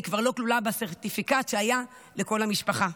היא כבר לא כלולה בסרטיפיקט שהיה לכל המשפחה.